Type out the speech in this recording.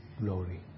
glory